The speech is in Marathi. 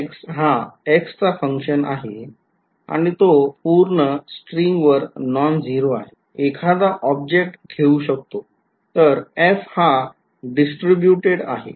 f हा x चा function आहे आणि तो पूर्ण स्ट्रिंगवर नॉन झिरो आहे एखादा ऑब्जेक्ट ठेवू शकतो तर f हा डिस्ट्रीब्युटेड आहे